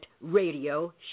radio